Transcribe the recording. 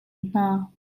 hna